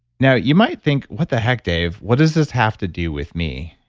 now, you might think, what the heck, dave? what does this have to do with me?